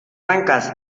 bancas